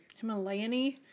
Himalayan-y